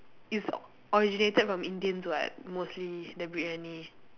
it's originated from Indians [what] mostly the Briyani